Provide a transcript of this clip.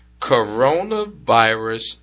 coronavirus